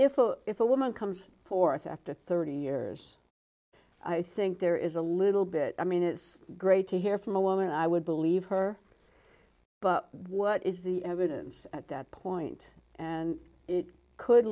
if if a woman comes forth after thirty years i think there is a little bit i mean it is great to hear from a woman i would believe her but what is the evidence at that point and it could